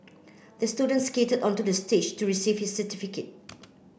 the student skated onto the stage to receive his certificate